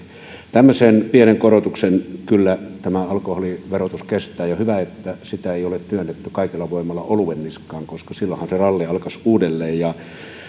tämmöisen pienen korotuksen kyllä tämä alkoholiverotus kestää ja hyvä että sitä ei ole työnnetty kaikella voimalla oluen niskaan koska silloinhan se ralli alkaisi uudelleen